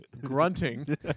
grunting